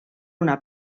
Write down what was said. una